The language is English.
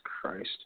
Christ